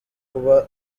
kuba